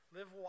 Live